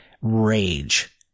rage